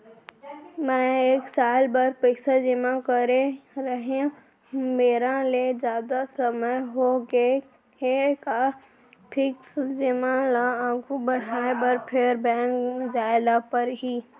मैं एक साल बर पइसा जेमा करे रहेंव, बेरा ले जादा समय होगे हे का फिक्स जेमा ल आगू बढ़ाये बर फेर बैंक जाय ल परहि?